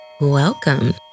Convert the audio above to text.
welcome